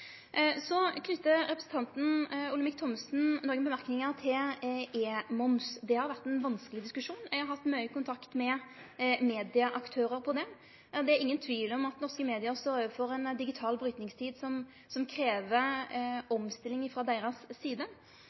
Så knyter representanten Olemic Thommessen nokre kommentarar til e-moms. Det har vore ein vanskeleg diskusjon. Eg har hatt mykje kontakt med medieaktørar om det. Det er ingen tvil om at norske medium står overfor ei digital brytningstid som krev omstilling frå deira side,